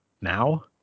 Now